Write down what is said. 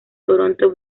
toronto